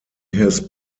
his